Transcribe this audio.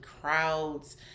crowds